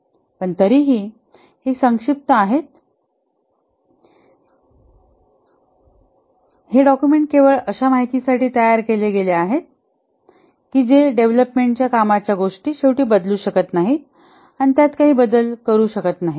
पण तरीही हे संक्षिप्त आहेत हे डॉक्युमेंट केवळ अशा माहितीसाठी तयार केले गेले आहेत कि जे डेव्हलपमेंटच्या कामाच्या गोष्टी शेवटी बदलू शकत नाहीत आणि त्यात काही बदल करू शकत नाहीत